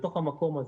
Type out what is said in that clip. לתוך המקום הזה.